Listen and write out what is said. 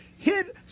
hit